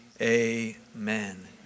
amen